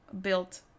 built